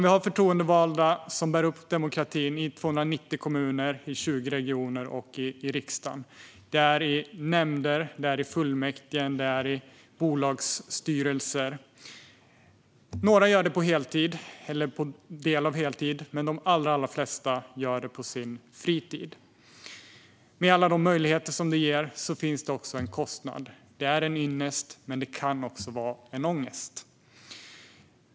Vi har förtroendevalda som bär upp demokratin i 290 kommuner, i 20 regioner och i riksdagen. Det är i nämnder, i fullmäktige och i bolagsstyrelser. Några gör det på heltid eller på deltid. Men de allra flesta gör det på sin fritid. Med alla de möjligheter det ger kommer också en kostnad. Det är en ynnest, men det kan också vara en ångest.